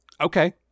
Okay